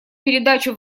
передачу